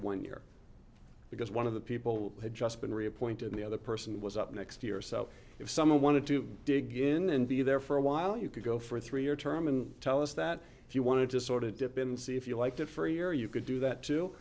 one year because one of the people had just been reappointed the other person was up next year so if someone wanted to dig in and be there for a while you could go for a three year term and tell us that if you wanted to sort it depends if you liked it for a year you could do that